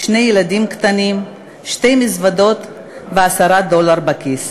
שני ילדים קטנים, שתי מזוודות ועשרה דולר בכיס.